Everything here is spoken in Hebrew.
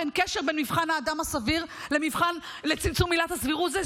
אין קשר בין מבחן האדם הסביר לצמצום עילת הסבירות.